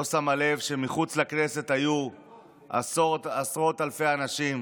לא שמה לב שמחוץ לכנסת היו עשרות אלפי אנשים